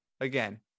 again